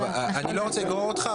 אני לא רוצה לגרור אותך,